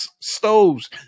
stoves